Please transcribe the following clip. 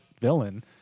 villain